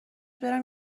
برم